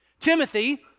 Timothy